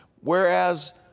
Whereas